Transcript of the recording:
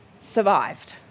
survived